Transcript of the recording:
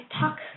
Talk